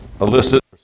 elicit